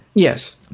yes,